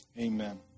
Amen